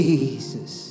Jesus